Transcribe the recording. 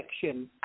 section